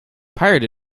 pirate